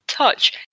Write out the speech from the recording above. Touch